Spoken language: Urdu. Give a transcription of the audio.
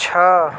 چھ